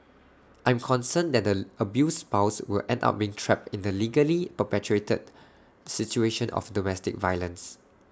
I'm concerned that the abused spouse will end up being trapped in the legally perpetuated situation of domestic violence